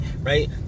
right